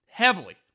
heavily